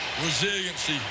resiliency